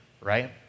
right